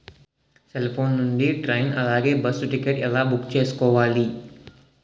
Cell phone నుండి train అలాగే bus ticket ఎలా బుక్ చేసుకోవాలి?